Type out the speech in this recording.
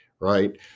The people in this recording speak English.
right